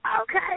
Okay